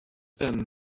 then